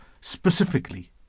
specifically